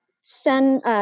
send